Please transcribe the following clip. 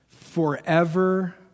forever